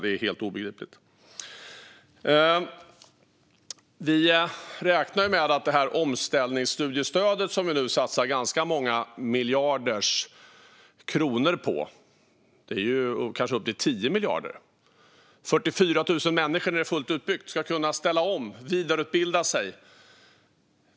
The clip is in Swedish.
Det är helt obegripligt! Vi räknar med att det omställningsstudiestöd som vi nu satsar ganska många miljarder kronor på - kanske upp till 10 miljarder - när det är fullt utbyggt ska innebära att 44 000 människor kan ställa om och vidareutbilda sig.